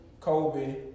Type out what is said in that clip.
Kobe